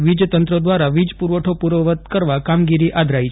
વીજ તંત્ર દ્વારા વીજ પુરવઠો પૂર્વવત કરવા કામગીરી આદરાઈ છે